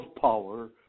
power